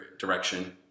direction